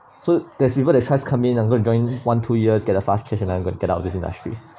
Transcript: so there's people that just come in and not join one two years get the fast cash and I'm going to get out of this industry